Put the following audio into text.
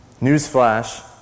Newsflash